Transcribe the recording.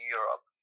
Europe